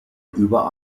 über